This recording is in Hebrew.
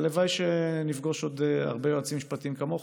הלוואי שנפגוש עוד הרבה יועצים משפטיים כמוך,